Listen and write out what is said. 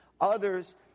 Others